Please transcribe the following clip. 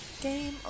Game